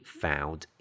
found